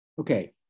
Okay